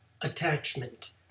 attachment